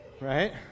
right